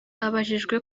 abajijwe